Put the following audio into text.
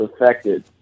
affected